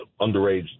underage